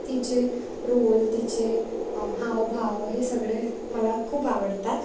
तिचे रोल तिचे हावभाव हे सगळे मला खूप आवडतात